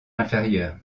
inférieur